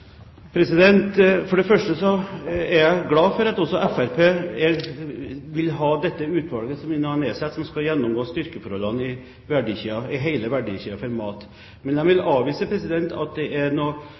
det første er jeg glad for at også Fremskrittspartiet vil ha dette utvalget som er nedsatt og som skal gjennomgå styrkeforholdene i hele verdikjeden for mat, men jeg vil